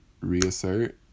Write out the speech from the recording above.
reassert